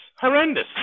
Horrendous